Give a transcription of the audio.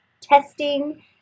testing